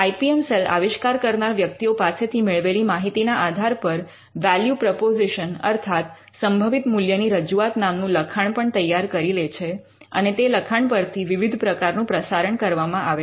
I P M cell આવિષ્કાર કરનાર વ્યક્તિઓ પાસેથી મેળવેલી માહિતી ના આધાર પર વૅલ્યૂ પ્રપૉઝિશન અર્થાત્ સંભવિત મૂલ્યની રજૂઆત નામનું લખાણ પણ તૈયાર કરી લે છે અને તે લખાણ પરથી વિવિધ પ્રકારનું પ્રસારણ કરવામાં આવે છે